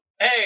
hey